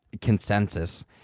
consensus